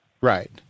Right